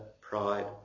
pride